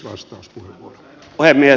arvoisa puhemies